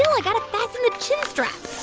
i've got to fasten the chin strap.